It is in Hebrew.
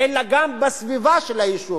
אלא גם בסביבה של היישוב,